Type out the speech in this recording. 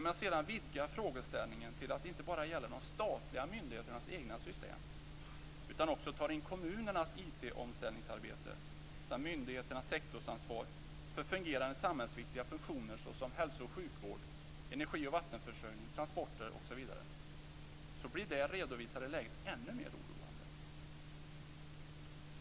När man sedan vidgar frågeställningen till att inte bara gälla de statliga myndigheternas egna system, utan också tar in kommunernas IT-omställningsarbete samt myndigheternas sektorsansvar för fungerande samhällsviktiga funktioner såsom hälso och sjukvård, energi och vattenförsörjning, transporter osv., blir det redovisade läget ännu mer oroande.